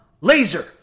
laser